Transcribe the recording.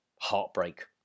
heartbreak